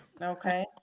Okay